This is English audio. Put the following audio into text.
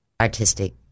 artistic